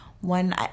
one